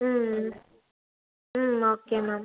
ம் hmm hmm okay ma'am